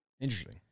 Interesting